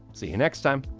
see you next time.